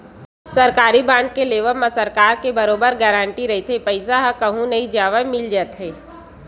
सरकारी बांड के लेवब म सरकार के बरोबर गांरटी रहिथे पईसा ह कहूँ नई जवय मिल जाथे